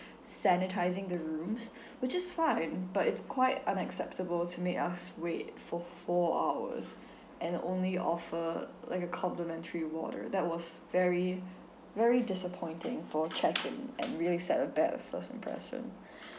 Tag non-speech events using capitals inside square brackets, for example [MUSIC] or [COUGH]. sanitising the rooms [BREATH] which is fine but it's quite unacceptable to make us wait for four hours and only offer like a complimentary water that was very very disappointing for check in and really set a bad first impression [BREATH]